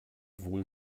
wohl